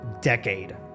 decade